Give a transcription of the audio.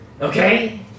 Okay